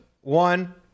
one